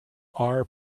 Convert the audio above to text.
are